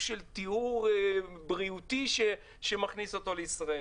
טיהור בריאותי שמכניס אותו לישראל.